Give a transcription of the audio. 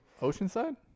Oceanside